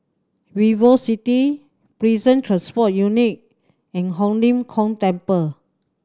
VivoCity Prison Transport Unit and Ho Lim Kong Temple